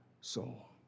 soul